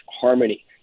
harmony